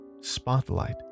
spotlight